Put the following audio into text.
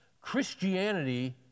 Christianity